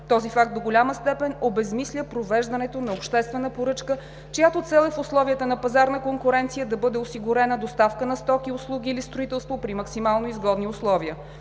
Този факт до голяма степен обезсмисля провеждането на обществена поръчка, чиято цел е в условията на пазарна конкуренция да бъде осигурена доставка на стоки, услуги или строителство при максимално изгодни условия.